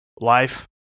life